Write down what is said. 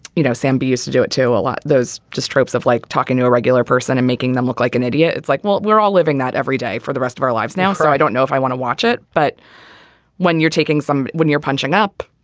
you know somebody is to do it to a lot. those just tropes of like talking to a regular person and making them like like and yeah it's like well we're all living that every day for the rest of our lives now. so i don't know if i want to watch it but when you're taking some when you're punching up.